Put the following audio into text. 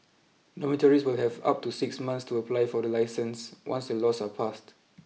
dormitories will have up to six months to apply for the licence once the laws are passed